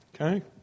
Okay